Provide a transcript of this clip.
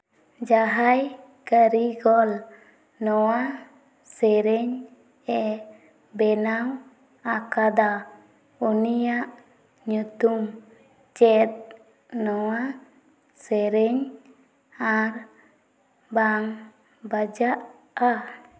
ᱡᱟᱦᱟᱸᱭ ᱠᱟᱹᱨᱤᱜᱚᱞ ᱱᱚᱣᱟ ᱥᱮᱨᱮᱧ ᱮ ᱵᱮᱱᱟᱣ ᱟᱠᱟᱫᱟ ᱩᱱᱤᱭᱟᱜ ᱧᱩᱛᱩᱢ ᱪᱮᱫ ᱱᱚᱣᱟ ᱥᱮᱨᱮᱧ ᱟᱨ ᱵᱟᱝ ᱵᱟᱡᱟᱜᱼᱟ